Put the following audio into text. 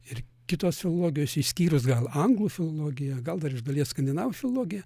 ir kitos filologijos išskyrus gal anglų filologiją gal dar iš dalies skandinavų filologiją